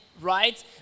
right